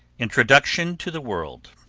introduction to the world.